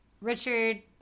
Richard